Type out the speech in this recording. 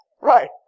Right